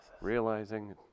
realizing